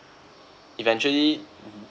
eventually